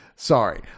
Sorry